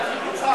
יצחק,